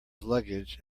luggage